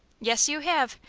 yes, you have.